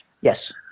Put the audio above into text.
Yes